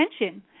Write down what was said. attention